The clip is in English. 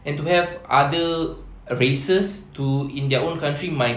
and to have other races to in their own country might